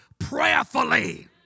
prayerfully